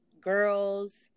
girls